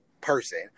person